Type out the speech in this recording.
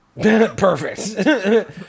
Perfect